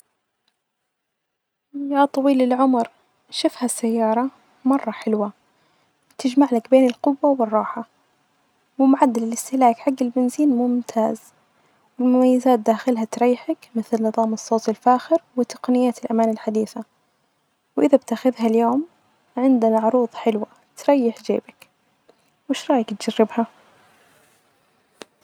يا طويل العمر شف ها السيارة مرة حلوة تجمعلك بين الجوة والراحة ،ومعدل الإستهلاك حج البنزين ممتاز، ومميزات داخلها هتريحك مثل نظام الصوت الفاخر وتقنيات الأمان الحديثة، وإذ ا بتاخدها اليوم عندنا عروض حلوة تريح جيبك ويش رأيك تجربها.